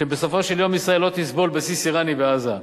שבסופו של יום ישראל לא תסבול בסיס אירני בעזה.